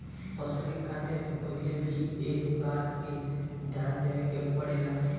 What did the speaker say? फसल के काटे से पहिले भी एह बात के ध्यान देवे के पड़ेला